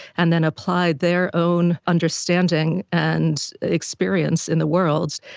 and then apply their own understanding and experience in the world.